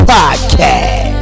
Podcast